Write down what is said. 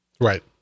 Right